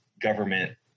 government